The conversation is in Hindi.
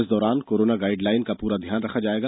इस दौरान कोरोना गाइड लाइन का पूरा ध्यान रखा जाएगा